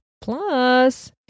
Plus